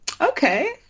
okay